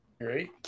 great